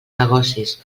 negocis